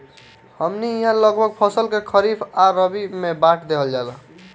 हमनी इहाँ लगभग फसल के खरीफ आ रबी में बाँट देहल बाटे